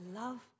love